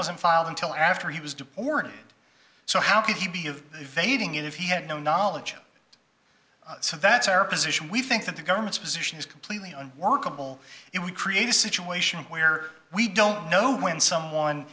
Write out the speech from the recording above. wasn't filed until after he was deported so how could he be of they doing it if he had no knowledge so that's our position we think that the government's position is completely unworkable it would create a situation where we don't know when someone